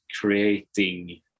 creating